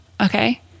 Okay